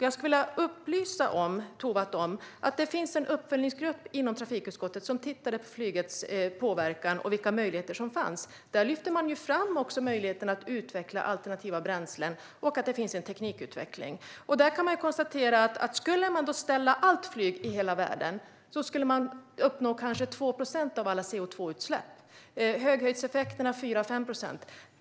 Jag skulle vilja upplysa Tovatt om att det finns en uppföljningsgrupp inom trafikutskottet som har tittat på flygets påverkan och vilka möjligheter som fanns. Där lyfte man fram möjligheten att utveckla alternativa bränslen och att det finns en teknikutveckling. Man kan konstatera: Skulle man ställa allt flyg i hela världen skulle man uppnå kanske 2 procent av alla CO2-utsläpp, och höghöjdseffekterna är 4-5 procent.